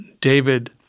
David